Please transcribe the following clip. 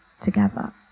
together